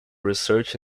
research